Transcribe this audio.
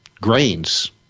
grains